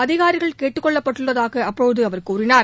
அதிகாரிகள் கேட்டுக்கொள்ளப்பட்டுள்ளதாக அப்போது அவர் கூறினார்